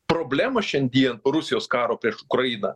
problema šiandien rusijos karo prieš ukrainą